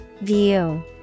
View